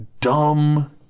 dumb